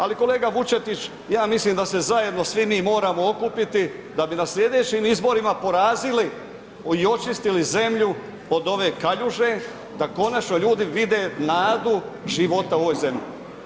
Ali kolega Vučetić ja mislim da se zajedno svi mi moramo okupiti da bi na slijedećim izborima porazili i očistili zemlju od ove kaljuže, da konačno ljudi vide nadu života u ovoj zemlji.